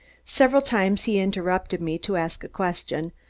several times he interrupted me, to ask a question,